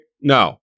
No